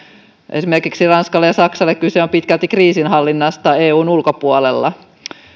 esimerkiksi ranskalle ja saksalle kyse on pitkälti kriisinhallinnasta eun ulkopuolella